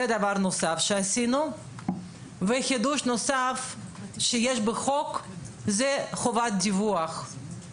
יש חידוש נוסף בחוק והוא חובת דיווח.